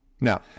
Now